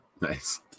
Nice